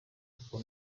uko